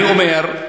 אני אומר: